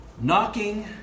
knocking